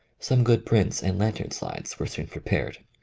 some good prints and lantern slides were soon pre pared.